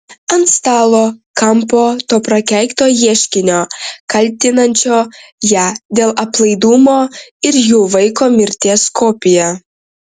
ant stalo kampo to prakeikto ieškinio kaltinančio ją dėl aplaidumo ir jų vaiko mirties kopija